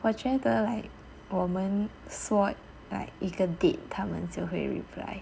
我觉得 like 我们说 like 一个 date 他们就会 reply